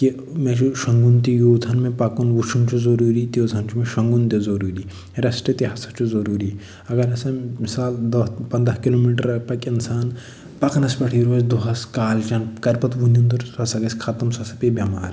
کہِ مےٚ چھُ شۄنٛگُن تہِ یوٗت ہَن مےٚ پَکُن وٕچھُن چھُ ضٔروٗری تیٖژ ہَن چھُ مےٚ شۄنٛگُن تہِ ضٔروٗری رٮ۪سٹ تہِ ہسا چھُ ضٔروٗری اَگر ہسا مِثال دہ پَنٛداہ کِلوٗ میٖٹرَہ پَکہِ اِنسان پَکنَس پٮ۪ٹھٕے روزِ دۄہَس کالہٕ چَن کرِ پَتہٕ وٕنِنٛدُر سُہ ہسا گژھِ خَتم سُہ ہسا پے بٮ۪مار